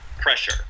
pressure